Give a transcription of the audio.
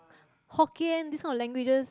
Hokkien this kind of languages